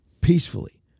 peacefully